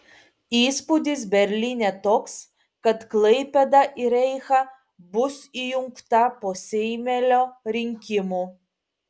įspūdis berlyne toks kad klaipėda į reichą bus įjungta po seimelio rinkimų